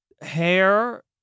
hair